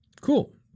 Cool